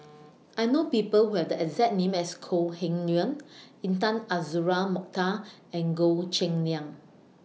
I know People Who Have The exact name as Kok Heng Leun Intan Azura Mokhtar and Goh Cheng Liang